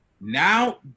Now